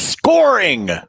Scoring